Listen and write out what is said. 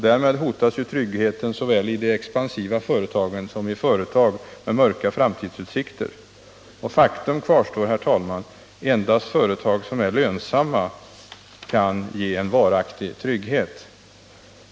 Därmed hotas tryggheten såväl i de expansiva företagen som i företag med mörka framtidsutsikter. Faktum kvarstår: Endast företag som är lönsamma kan ge en varaktig trygghet.